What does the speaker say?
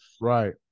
Right